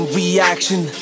reaction